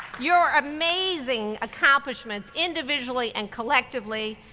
your amazing accomplishments, individually and collectively,